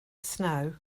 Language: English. snow